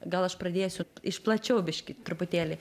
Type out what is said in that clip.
gal aš pradėsiu iš plačiau biškį truputėlį